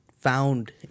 Found